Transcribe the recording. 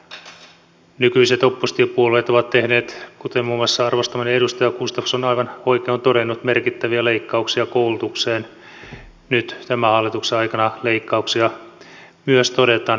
eli nykyiset oppositiopuolueet ovat tehneet kuten muun muassa arvostamani edustaja gustafsson aivan oikein on todennut merkittäviä leikkauksia koulutukseen ja nyt myös tämän hallituksen aikana leikkauksia toteutetaan